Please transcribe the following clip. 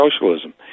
socialism